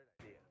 idea